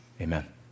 Amen